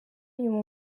inyuma